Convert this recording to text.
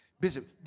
Bishop